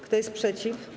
Kto jest przeciw?